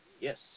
Yes